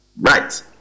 right